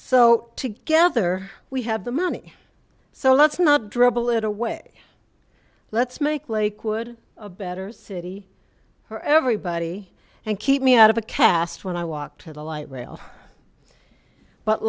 so together we have the money so let's not dribble it away let's make lakewood a better city for everybody and keep me out of a cast when i walk to the light rail but